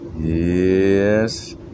Yes